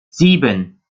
sieben